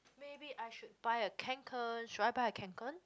maybe I should buy a Kanken should I buy a Kanken